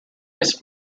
was